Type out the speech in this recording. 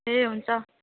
ए हुन्छ